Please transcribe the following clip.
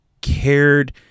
cared